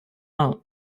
out